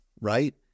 right